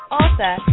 author